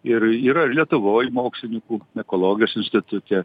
ir yra ir lietuvoje mokslininkų ekologijos institute